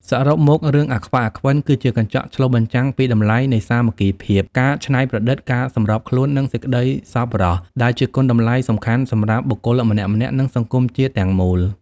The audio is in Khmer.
សរុបមក រឿង «អាខ្វាក់ អាខ្វិន» គឺជាកញ្ចក់ឆ្លុះបញ្ចាំងពីតម្លៃនៃ សាមគ្គីភាព ការច្នៃប្រឌិត ការសម្របខ្លួន និងសេចក្តីសប្បុរស ដែលជាគុណតម្លៃសំខាន់សម្រាប់បុគ្គលម្នាក់ៗ និងសង្គមជាតិទាំងមូល។